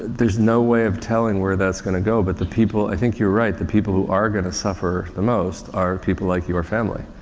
there's no way of telling where that's going to go but the people i think you're right, the people who are going to suffer the most are people like your family.